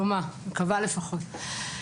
מקווה לפחות.